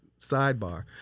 sidebar